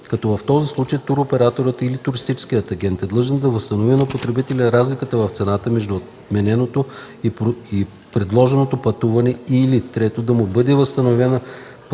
като в този случай туроператорът или туристическият агент е длъжен да възстанови на потребителя разликата в цената между отмененото и предложеното пътуване, или 3. да му бъдат възстановени платените